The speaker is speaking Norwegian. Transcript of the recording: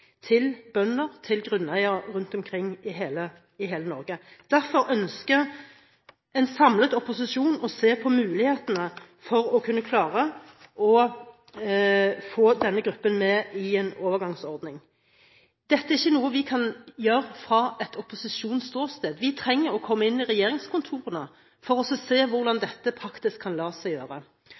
til bønder og grunneiere rundt omkring i hele Norge. Derfor ønsker en samlet opposisjon å se på mulighetene for å kunne klare å få denne gruppen med i en overgangsordning. Dette er ikke noe vi kan gjøre fra et opposisjonsståsted. Vi trenger å komme inn i regjeringskontorene for å se hvordan dette praktisk kan la seg gjøre.